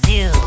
Zoo